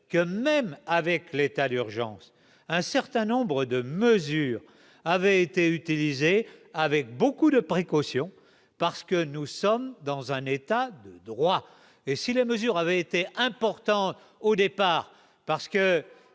que même avec l'état d'urgence, un certain nombre de mesures avaient été avec beaucoup de précaution, parce que nous sommes dans un état d'droit et si la mesure avait été importante au départ parce que